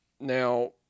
Now